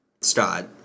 Scott